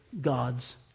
God's